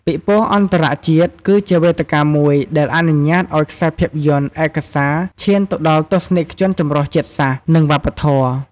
ពិព័រណ៍អន្តរជាតិ គឺជាវេទិកាមួយដែលអនុញ្ញាតឱ្យខ្សែភាពយន្តឯកសារឈានទៅដល់ទស្សនិកជនចម្រុះជាតិសាសន៍ និងវប្បធម៌។